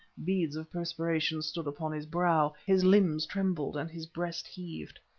beads of perspiration stood upon his brow, his limbs trembled, and his breast heaved.